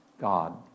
God